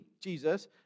Jesus